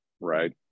right